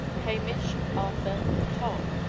hamish, arthur, tom,